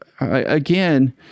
Again